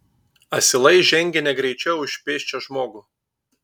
asilai žengė negreičiau už pėsčią žmogų